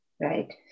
right